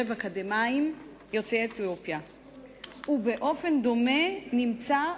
אקדמאים יוצאי אתיופיה עומד על 82.1%,